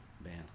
band